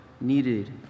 needed